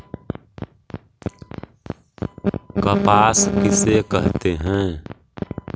कपास किसे कहते हैं?